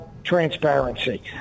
Transparency